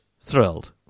thrilled